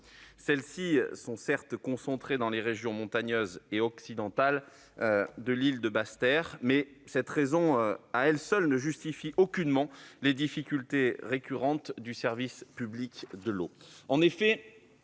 Celles-ci sont, certes, concentrées dans les régions montagneuses et occidentales de l'île de Basse-Terre, mais cette raison, à elle seule, ne justifie aucunement les difficultés récurrentes du service public de l'eau.